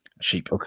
Sheep